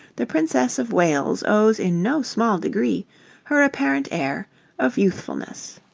the princess of wales owes in no small degree her apparent air of youthfulness.